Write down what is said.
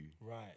Right